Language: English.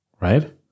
right